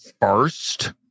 first